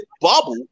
bubble